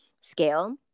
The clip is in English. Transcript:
scale